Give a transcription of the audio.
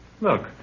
Look